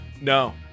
No